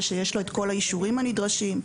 ושיש לו את כל האישורים הנדרשים.